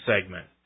segment